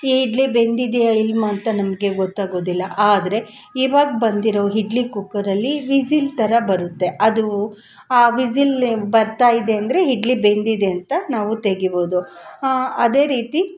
ಈ ಇಡ್ಲಿ ಬೆಂದಿದೆಯೋ ಇಲ್ಲವೋ ಅಂತ ನಮಗೆ ಗೊತ್ತಾಗೋದಿಲ್ಲ ಆದರೆ ಇವಾಗ್ ಬಂದಿರೊ ಇಡ್ಲಿ ಕುಕ್ಕರಲ್ಲಿ ವಿಝಿಲ್ ಥರ ಬರುತ್ತೆ ಅದೂ ಆ ವಿಝಿಲ್ ಬರ್ತಾ ಇದೆ ಅಂದರೆ ಇಡ್ಲಿ ಬೆಂದಿದೆ ಅಂತ ನಾವು ತೆಗಿಬೋದು ಅದೇ ರೀತಿ